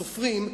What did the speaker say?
הסופרים,